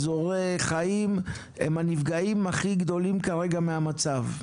אזורי חיים הם נפגעים הכי גדולים כרגע מהמצב?